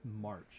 March